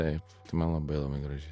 taip man labai labai graži